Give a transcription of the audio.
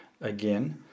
again